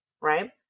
Right